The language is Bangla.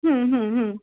হুম হুম হুম